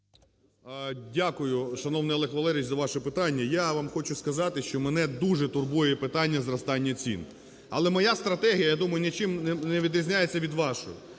Дякую, шановний Олег Валерійович, за ваше питання. Я вам хочу сказати, що мене дуже турбує питання зростання цін. Але моя стратегія, я думаю, нічим не відрізняється від вашої.